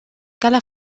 cala